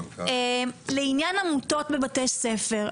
לעניין עמותות בבתי הספר,